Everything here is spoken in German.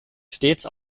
stets